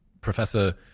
Professor